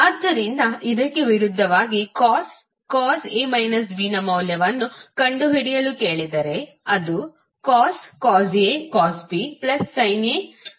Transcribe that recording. ಆದ್ದರಿಂದ ಇದಕ್ಕೆ ವಿರುದ್ಧವಾಗಿ cos ನ ಮೌಲ್ಯವನ್ನು ಕಂಡುಹಿಡಿಯಲು ಕೇಳಿದರೆ ಅದು cos A cosB sinA sin B ಆಗಿದೆ